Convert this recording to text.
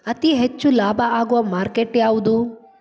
ಅತಿ ಹೆಚ್ಚು ಲಾಭ ಆಗುವ ಮಾರ್ಕೆಟ್ ಯಾವುದು?